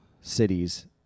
cities